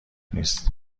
نیست